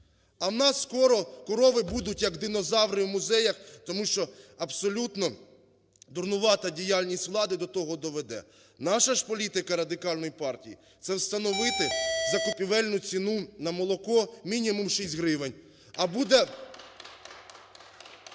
А у нас скоро корови будуть як динозаври в музеях, тому що абсолютно дурнувата діяльність влади до того доведе. Наша ж політика Радикальної партії – це встановити закупівельну ціну на молоко мінімум 6 гривень. А буде